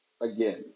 again